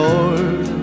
Lord